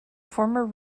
former